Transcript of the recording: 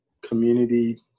community